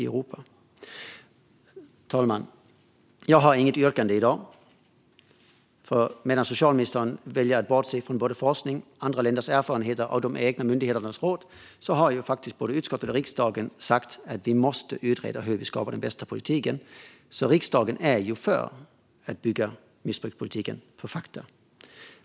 Fru talman! Jag har inget yrkande i dag. Medan socialministern väljer att bortse från forskning, andra länders erfarenheter och de egna myndigheternas råd har nämligen både utskottet och riksdagen sagt att det måste utredas hur vi skapar den bästa politiken. Riksdagen är alltså för att bygga missbrukspolitiken på fakta.